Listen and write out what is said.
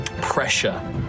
pressure